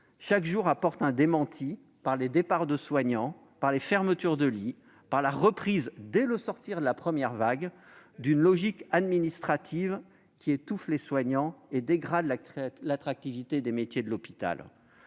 Chaque jour apporte un démenti par les départs de soignants, par les fermetures de lits, et par la reprise, dès le sortir de la première vague, d'une logique administrative qui étouffe les soignants et dégrade l'attractivité des métiers de l'hôpital.